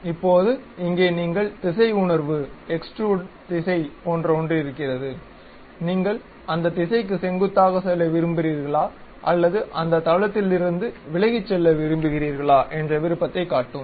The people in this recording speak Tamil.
இப்போது இங்கே நீங்கள் திசை உணர்வு எக்ஸ்ட்ரூட் திசை போன்ற ஒன்றிருக்கிறது நீங்கள் அந்த திசைக்கு செங்குத்தாக செல்ல விரும்புகிறீர்களா அல்லது அந்த தளத்திலிருந்து விலகிச் செல்ல விரும்புகிறீர்களா என்ற விருப்பத்தை காட்டும்